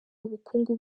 ubukungu